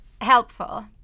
helpful